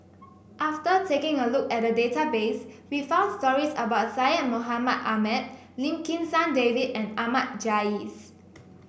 after taking a look at the database we found stories about Syed Mohamed Ahmed Lim Kim San David and Ahmad Jais